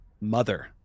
mother